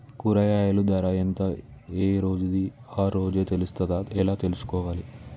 కూరగాయలు ధర ఎంత ఏ రోజుది ఆ రోజే తెలుస్తదా ఎలా తెలుసుకోవాలి?